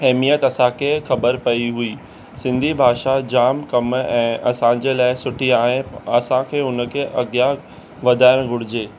अहमियत असांखे ख़बर पई हुई सिंधी भाषा जामु कम ऐं असांजे लाइ सुठी आहे असांखे हुन खे अॻियां वधायणु घुर्जे